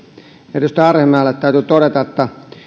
edustaja arhinmäelle täytyy todeta että